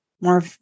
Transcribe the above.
more